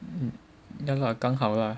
ya lah 刚好 lah